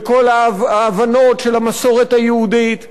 לכל ההבנות של המסורת היהודית,